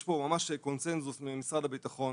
יש פה ממש קונצנזוס ממשרד הביטחון,